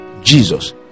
Jesus